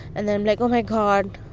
and then i'm like, oh, my god.